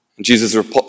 Jesus